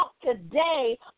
today